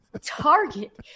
Target